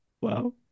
Wow